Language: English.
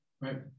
right